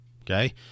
okay